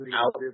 out